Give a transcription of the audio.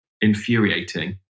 Infuriating